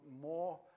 more